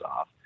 off